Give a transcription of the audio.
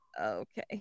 Okay